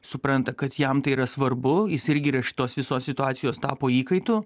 supranta kad jam tai yra svarbu jis irgi yra šitos visos situacijos tapo įkaitu